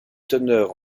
teneur